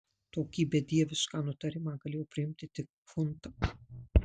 tokį bedievišką nutarimą galėjo priimti tik chunta